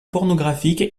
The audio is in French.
pornographique